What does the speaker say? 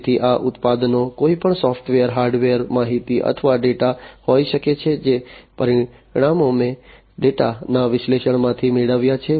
તેથી આ ઉત્પાદનો કોઈપણ સોફ્ટવેર હાર્ડવેર માહિતી અથવા ડેટા હોઈ શકે છે જે પરિણામો મેં ડેટાના વિશ્લેષણમાંથી મેળવ્યા છે